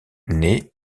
naît